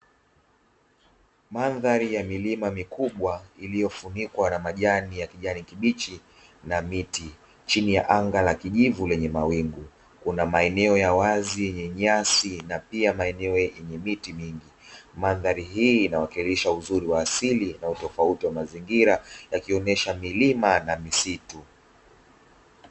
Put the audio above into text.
Mandhari ya milima mikubwa iliyofunikwa na majani ya kijani kibichi na miti, chini ya anga la kijivu lenye mawingu. Kuna maeneo ya wazi yenye nyasi na pia maeneo yenye miti mingi. Mandhari hii inawakilisha uzuri wa asili na utofauti wa mazingira yakionesha milima na misitu.